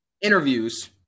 interviews